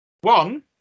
One